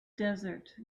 desert